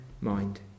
mind